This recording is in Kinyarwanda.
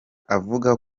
avuga